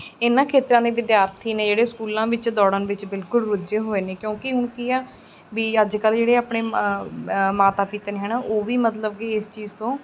ਇਹਨਾਂ ਖਿੱਤਿਆਂ ਦੇ ਵਿਦਿਆਰਥੀ ਨੇ ਜਿਹੜੇ ਸਕੂਲਾਂ ਵਿੱਚ ਦੌੜਨ ਵਿੱਚ ਬਿਲਕੁਲ ਰੁੱਝੇ ਹੋਏ ਨੇ ਕਿਉਂਕਿ ਹੁਣ ਕੀ ਹੈ ਵੀ ਅੱਜ ਕੱਲ੍ਹ ਜਿਹੜੇ ਆਪਣੇ ਮਾਤਾ ਪਿਤਾ ਨੇ ਹੈ ਨਾ ਉਹ ਵੀ ਮਤਲਬ ਕਿ ਇਸ ਚੀਜ਼ ਤੋਂ